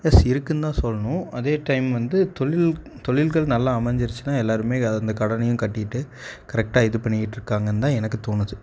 S இருக்குதுன்னு தான் சொல்லணும் அதே டைம் வந்து தொழில் தொழில்கள் நல்லா அமைஞ்சிருச்சுன்னா எல்லோருமே அந்த கடனையும் கட்டிகிட்டு கரெக்டாக இது பண்ணியிட்டுருக்காங்கன்னு தான் எனக்கு தோணுது